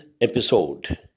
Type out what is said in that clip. episode